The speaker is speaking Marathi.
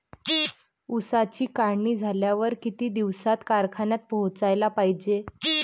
ऊसाची काढणी झाल्यावर किती दिवसात कारखान्यात पोहोचला पायजे?